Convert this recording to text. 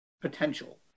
potential